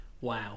Wow